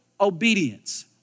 obedience